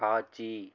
காட்சி